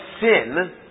sin